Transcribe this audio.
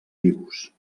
vius